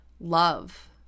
love